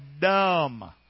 dumb